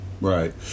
Right